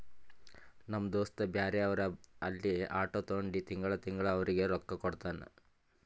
ನಮ್ ದೋಸ್ತ ಬ್ಯಾರೆ ಅವ್ರ ಬಲ್ಲಿ ಆಟೋ ತೊಂಡಿ ತಿಂಗಳಾ ತಿಂಗಳಾ ಅವ್ರಿಗ್ ರೊಕ್ಕಾ ಕೊಡ್ತಾನ್